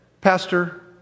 Pastor